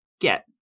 get